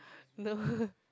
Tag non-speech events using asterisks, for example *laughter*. no *laughs*